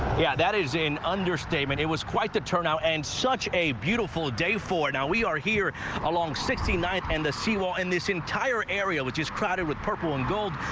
yeah that is an understatement it was quite the turn now and such a beautiful day for now we are here along sixty nine and seawall and this entire area which is crowded with purple and gold,